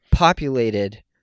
populated